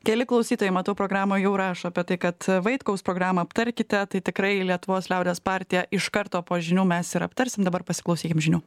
keli klausytojai matau programoj jau rašo apie tai kad vaitkaus programą aptarkite tai tikrai lietuvos liaudies partija iš karto po žinių mes ir aptarsim dabar pasiklausykim žinių